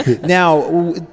Now